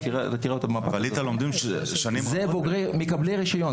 אלו מקבלי רישיון.